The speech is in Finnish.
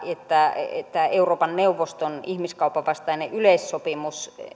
että että euroopan neuvoston ihmiskaupan vastainen yleissopimus